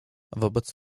wobec